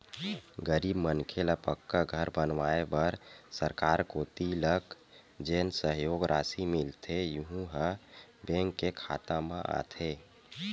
गरीब मनखे ल पक्का घर बनवाए बर सरकार कोती लक जेन सहयोग रासि मिलथे यहूँ ह बेंक के खाता म आथे